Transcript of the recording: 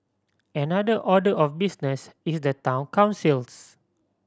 another order of business is the town councils